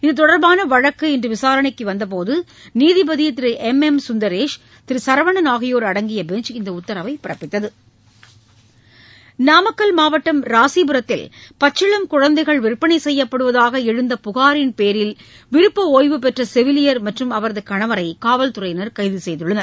இது தொடர்பான வழக்கு இன்று விசாரணைக்கு வந்தபோது நீதிபதி திரு எம் எம் கந்தரேஷ் திரு சரவணன் ஆகியோர் அடங்கிய பெஞ்ச் இந்த உத்தரவை பிறப்பித்தது நாமக்கல் மாவட்டம் ராசிபுரத்தில் பச்சிளம் குழந்தைகள் விற்பனை செய்யப்படுவதாக எழுந்த புகாரின் பேரில் விருப்ப ஓய்வுபெற்ற செவிலியர் மற்றும் அவரது கணவரை காவல்துறையினர் கைது செய்துள்ளனர்